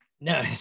no